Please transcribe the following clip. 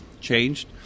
changed